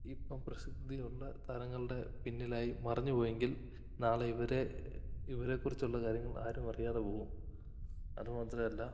ഇപ്പോള് പ്രസിദ്ധിയുള്ള താരങ്ങളുടെ പിന്നിലായി മറഞ്ഞുപോയെങ്കിൽ നാളെ ഇവരെ ഇവരെക്കുറിച്ചുള്ള കാര്യങ്ങൾ ആരുമറിയാതെ പോവും അതു മാത്രമല്ല